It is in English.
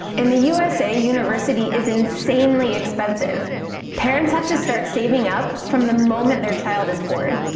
in the usa, university is insanely expensive parents have to start saving up from the moment their child is born.